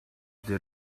they